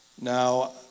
now